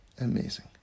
amazing